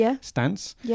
stance